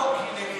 קין.